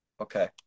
okay